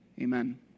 Amen